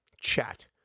chat